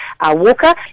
walker